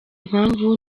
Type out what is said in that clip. mpamvu